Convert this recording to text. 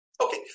Okay